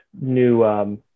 new